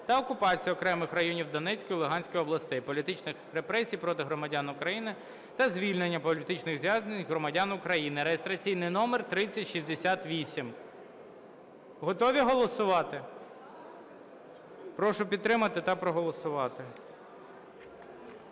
та окупації окремих районів Донецької і Луганської областей, політичних репресій проти громадян України та звільнення політичних в'язнів - громадян України (реєстраційний номер 3068). Готові голосувати? Прошу підтримати та проголосувати.